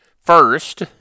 first